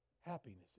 Happiness